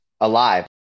alive